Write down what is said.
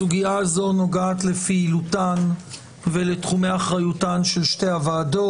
סוגיה זו נוגעת לפעילותן ולתחומי אחריותן של שתי הוועדות.